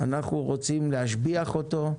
אנחנו רוצים להשביח אותו,